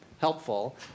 helpful